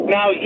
Now